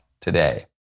today